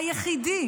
היחידי,